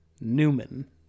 Newman